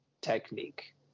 technique